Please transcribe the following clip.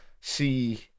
see